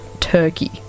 turkey